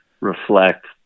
reflect